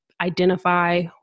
identify